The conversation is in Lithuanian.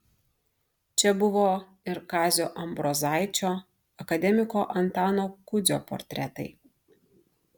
čia buvo ir kazio ambrozaičio akademiko antano kudzio portretai